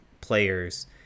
players